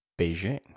Beijing